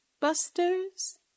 Busters